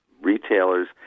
retailers